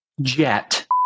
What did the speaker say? Jet